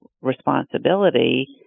responsibility